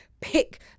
pick